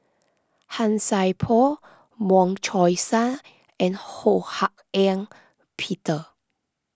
Han Sai Por Wong Chong Sai and Ho Hak Ean Peter